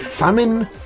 famine